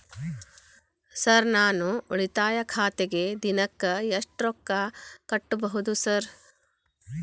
Sir ನಾನು ಉಳಿತಾಯ ಖಾತೆಗೆ ದಿನಕ್ಕ ಎಷ್ಟು ರೊಕ್ಕಾ ಕಟ್ಟುಬಹುದು ಸರ್?